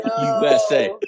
USA